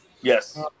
Yes